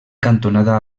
cantonada